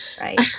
Right